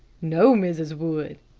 no, mrs. wood,